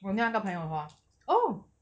我另外一个朋友 hor oh